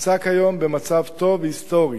נמצא כיום במצב טוב היסטורית.